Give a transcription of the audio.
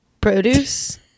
Produce